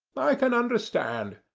i can understand.